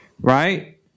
Right